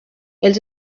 els